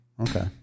Okay